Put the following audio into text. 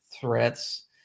threats